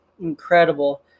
incredible